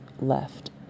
left